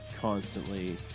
constantly